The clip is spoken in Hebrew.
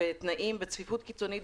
בתנאים ובצפיפות קיצונית,